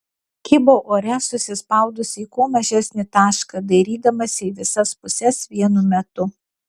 kybau ore susispaudusi į kuo mažesnį tašką dairydamasi į visas puses vienu metu